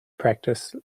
practice